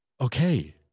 Okay